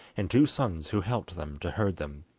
and two sons who helped them to herd them.